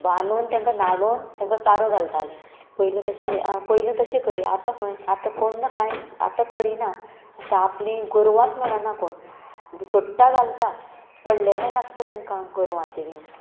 बांदून तेंकां न्हाणून तेंकां चारो घालताली पयल तशें पयल्यो तशें करी आतां खंय आतां कोण ना कांयच आतां करिना आतां आपली गोरवांच म्हणना कोण सोडटा घालता पडलेलें नासता तेंकां गोरवांचे बीन